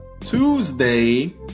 Tuesday